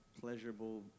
pleasurable